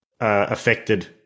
affected